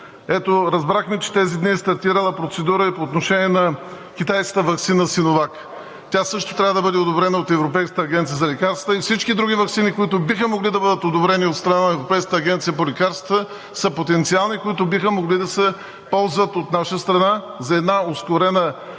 Ето, разбрахме, че тези дни е стартирала процедура и по отношение на китайската ваксина „Синовак“. Тя също трябва да бъде одобрена от Европейската агенция по лекарствата и всички други ваксини, които биха могли да бъдат одобрени от страна на Европейската агенция по лекарствата, са потенциални, които биха могли да се ползват от наша страна за ускорена ваксинация,